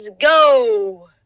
go